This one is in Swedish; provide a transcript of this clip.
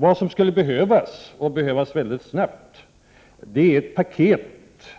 Vad som skulle behövas, och det snabbt, är ett paket